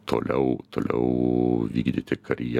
toliau toliau vykdyti karjerą